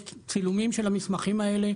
יש צילומים של המסמכים האלה,